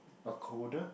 a coder